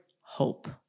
hope